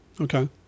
Okay